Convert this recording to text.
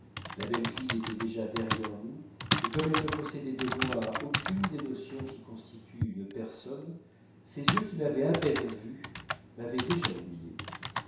la belle fille était déjà derrière nous et comme elle ne possédait de moi aucune des notions qui constituent une personne ses yeux qui m'avaient à peine vu m'avaient déjà oublié